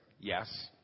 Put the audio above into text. Yes